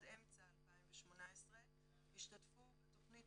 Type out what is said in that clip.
אמצע 2018 השתתפו בתכנית